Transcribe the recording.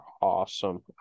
awesome